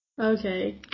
Okay